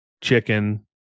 Chicken